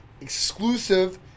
Exclusive